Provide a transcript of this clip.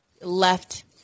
left